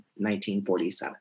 1947